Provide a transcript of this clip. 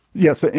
yes. ah and